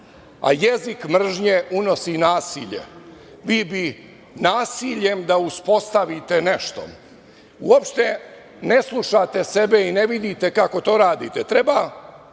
a jezik mržnje unosi nasilje. Vi bi nasiljem da uspostavite nešto. Uopšte ne slušate sebe i ne vidite kako to radite. Treba